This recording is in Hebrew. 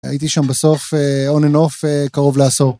הייתי שם בסוף on and off קרוב לעשור.